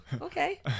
okay